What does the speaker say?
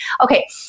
Okay